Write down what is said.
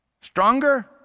Stronger